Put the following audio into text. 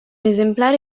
esemplare